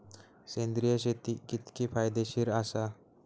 सेंद्रिय शेती कितकी फायदेशीर आसा?